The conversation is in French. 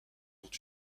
dont